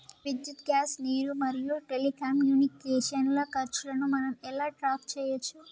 విద్యుత్ గ్యాస్ నీరు మరియు టెలికమ్యూనికేషన్ల ఖర్చులను మనం ఎలా ట్రాక్ చేయచ్చు?